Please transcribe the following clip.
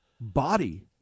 body